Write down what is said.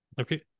Okay